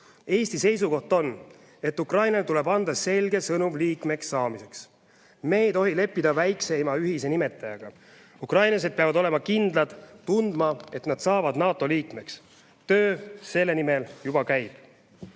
Eesti seisukoht on, et Ukrainale tuleb anda selge sõnum liikmeks saamiseks. Me ei tohi leppida väikseima ühise nimetajaga. Ukrainlased peavad olema kindlad, tundma, et nad saavad NATO liikmeks. Töö selle nimel juba käib.